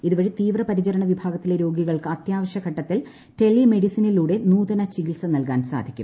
ഇതുവഴി തീവ്ര പരിചരണ വിഭാഗത്തില്ല ്രോഗികൾക്ക് അത്യാവശ്യ ഘട്ടത്തിൽ ടെലി മെഡ്ടിസ്ട്രീനിലൂടെ നൂതന ചികിത്സ നൽകാൻ സാധിക്കും